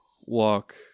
walk